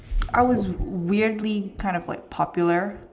I was weirdly kind of like popular